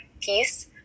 peace